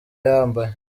yambaye